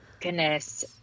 goodness